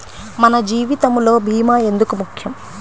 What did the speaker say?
మన జీవితములో భీమా ఎందుకు ముఖ్యం?